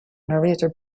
narrator